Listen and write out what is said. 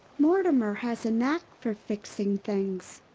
mortimer has a knack for fixing things.